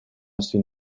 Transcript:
sin